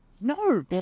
No